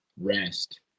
rest